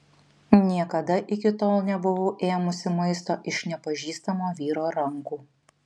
niekada iki tol nebuvau ėmusi maisto iš nepažįstamo vyro rankų